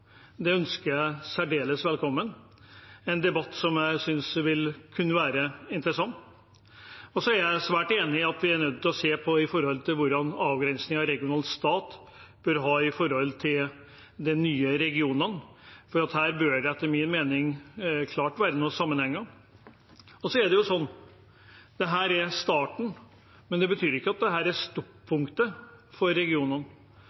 Jeg ønsker særdeles velkommen en debatt som jeg synes vil kunne være interessant. Jeg er svært enig i at vi er nødt til å se på hvordan avgrensningen av regional stat bør være i forhold til de nye regionene. Her bør det etter min mening klart være noen sammenhenger. Det er slik at dette er starten, men det betyr ikke at dette er stoppunktet for regionene. Dette er starten for å se på hva som er mulig, og det er